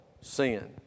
sin